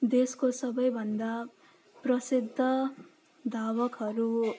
देशको सबैभन्दा प्रसिद्ध धावकहरू हो